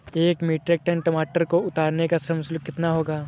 एक metric ton टमाटर को उतारने का श्रम शुल्क कितना होगा?